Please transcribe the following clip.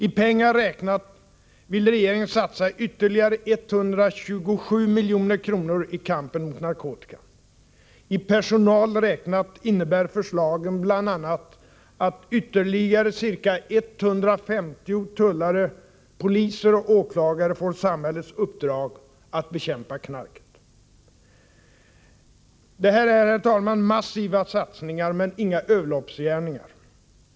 I pengar räknat vill regeringen satsa ytterligare 127 milj.kr. i kampen mot narkotikan. I personal räknat innebär förslagen bl.a. att ytterligare ca 150 tullare, poliser och åklagare får samhällets uppdrag att bekämpa knarket. Det här är, herr talman, massiva satsningar men inga överloppsgärningar.